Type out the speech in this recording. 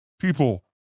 people